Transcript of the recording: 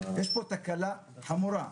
יש פה תקלה חמורה.